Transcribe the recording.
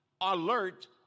alert